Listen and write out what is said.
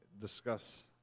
discuss